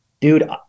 dude